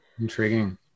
Intriguing